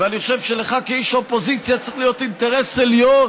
ואני חושב שלך כאיש אופוזיציה צריך להיות אינטרס עליון